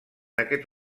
aquest